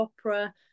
opera